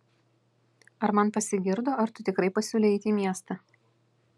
ar man pasigirdo ar tu tikrai pasiūlei eiti į miestą